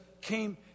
came